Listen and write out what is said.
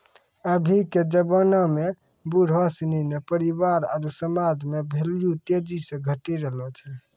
अभी के जबाना में बुढ़ो सिनी के परिवार आरु समाज मे भेल्यू तेजी से घटी रहलो छै